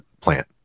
plant